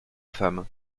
femme